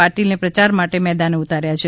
પાટીલને પ્રચાર માટે મેદાને ઉતાર્યા છે